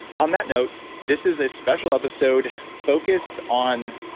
on that note, this is a special episode focused on